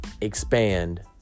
expand